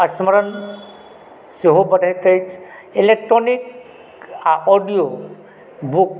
स्मरण सेहो बढ़ैत अछि इलेक्ट्रॉनिक आ ऑडीओ बुक